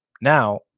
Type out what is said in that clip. Now